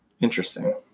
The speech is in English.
interesting